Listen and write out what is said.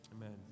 Amen